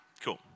Cool